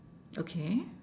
okay